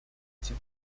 этим